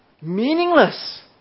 Meaningless